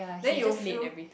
then you will feel